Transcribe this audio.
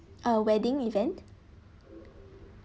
a wedding event